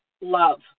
love